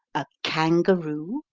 a kangaroo,